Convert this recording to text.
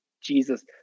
Jesus